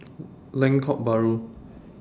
Lengkok Bahru